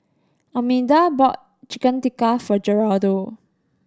Almeda bought Chicken Tikka for Geraldo